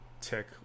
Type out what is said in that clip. tick